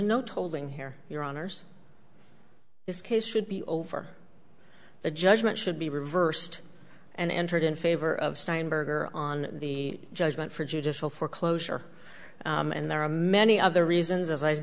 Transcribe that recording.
no told in here your honour's this case should be over the judgment should be reversed and entered in favor of steinberger on the judgment for judicial foreclosure and there are many other reasons